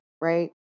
right